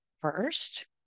first